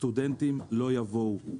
סטודנטים לא יבואו.